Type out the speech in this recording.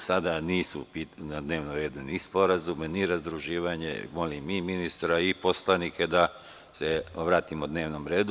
Sada nisu na dnevnom redu ni sporazumi, ni razdruživanje, tako da molim i ministra i poslanike da se vratimo dnevnom redu.